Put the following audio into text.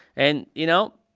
and, you know,